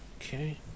Okay